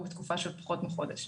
הוא לתקופה של פחות מחודש.